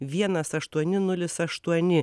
vienas aštuoni nulis aštuoni